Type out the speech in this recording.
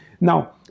Now